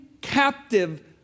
captive